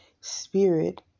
spirit